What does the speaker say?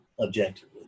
objectively